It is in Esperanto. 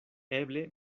eble